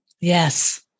yes